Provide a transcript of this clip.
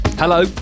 Hello